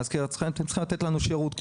שאתם צריכים לתת לנו שירות.